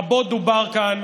רבות דובר כאן